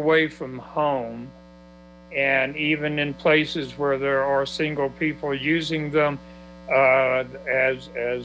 away from home and even in places where there are single people using them as as